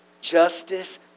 justice